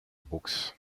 brooks